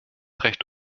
recht